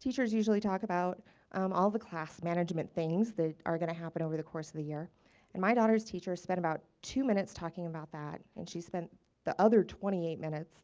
teachers usually talk about um all the class management things that are going to happen over the course of the year and my daughter's teacher spent about two minutes talking about that and she spent the other twenty eight minutes